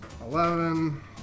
eleven